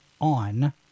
on